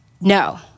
No